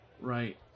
Right